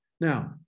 Now